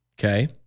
Okay